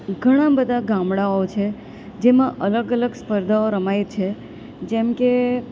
ઘણાં બધા ગામડાઓ છે જેમાં અલગ અલગ સ્પર્ધાઓ રમાય છે જેમકે